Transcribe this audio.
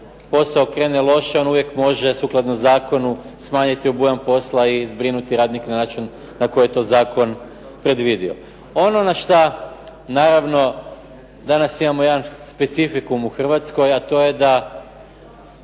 posao krene loše on uvijek može sukladno zakonu smanjiti obujam posla i zbrinuti radnike na način na koji je to zakon predvidio. Ono na što naravno danas imamo jedan specifikum u Hrvatskoj a to je da